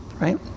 right